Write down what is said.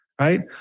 right